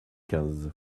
quinze